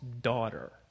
daughter